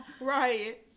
Right